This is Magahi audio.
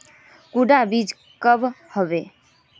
कुंडा बीज कब होबे?